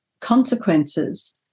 consequences